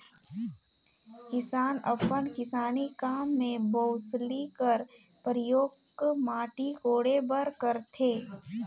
किसान अपन किसानी काम मे बउसली कर परियोग माटी कोड़े बर करथे